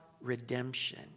redemption